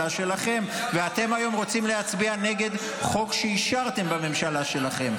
ואתם היום רוצים להצביע נגד חוק שאישרתם בממשלה שלכם.